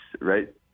right